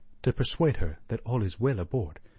to persuade her that all is well aboard,